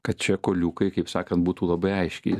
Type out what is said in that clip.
kad čia kuoliukai kaip sakant būtų labai aiškiai